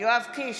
יואב קיש,